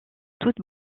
toute